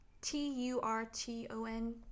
T-U-R-T-O-N